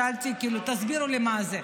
שאלתי: תסביר לי מה זה,